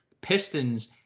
Pistons